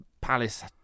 Palace